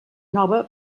nova